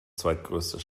zweitgrößte